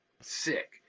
sick